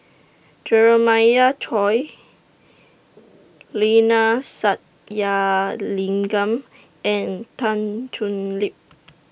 Jeremiah Choy Neila Sathyalingam and Tan Thoon Lip